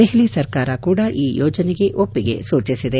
ದೆಹಲಿ ಸರ್ಕಾರ ಕೂಡ ಈ ಯೋಜನೆಗೆ ಒಪ್ಪಿಗೆ ಸೂಚಿಸಿದೆ